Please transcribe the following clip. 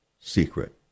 secret